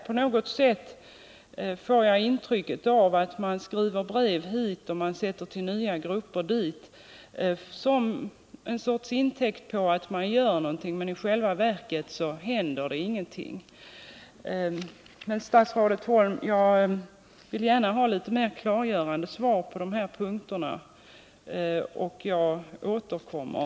På något sätt får jag intrycket av att man hit och dit skriver brev och sätter till nya grupper som en sorts intäkt för att man gör någonting. I själva verket händer ingenting. Jag vill, statsrådet Holm, gärna ha litet mer klargörande svar på dessa punkter.